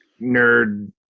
nerd